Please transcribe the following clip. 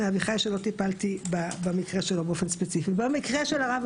אביחי שלא טיפלתי במקרה שלו באופן ספציפי במקרה של הרב